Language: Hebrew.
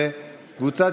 וליברמן,